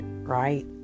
right